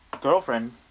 girlfriend